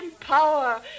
power